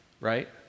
right